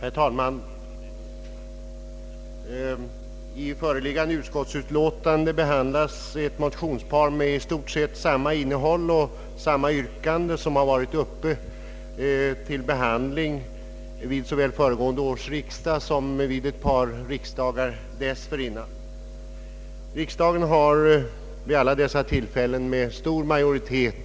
Herr talman! I föreliggande utlåtande behandlas ett motionspar med i stort sett samma innehåll och samma yrkande som motioner vilka behandlats vid såväl föregående års riksdag som vid ett par riksdagar dessförinnan. Riksdagen har vid alla dessa tillfällen med stor majoritet